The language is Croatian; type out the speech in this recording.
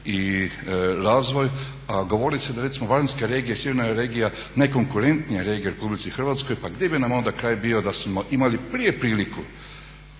i razvoj a govori se da recimo vanjska regija i sjeverna regija je najkonkurentnija regija u RH pa gdje bi nam onda kraj bio da smo imali prije priliku